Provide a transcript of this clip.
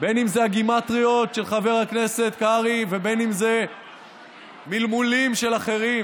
בין שזה הגימטריות של חבר הכנסת קרעי ובין שזה מלמולים של אחרים.